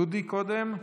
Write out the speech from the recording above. דודי קודם?